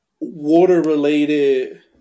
water-related